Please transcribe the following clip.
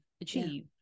Achieve